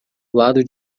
lado